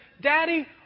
Daddy